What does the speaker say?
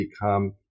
become